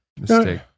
mistake